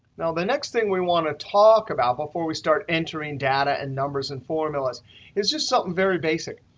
now, the next thing we want to talk about before we start entering data and numbers and formulas is just something very basic.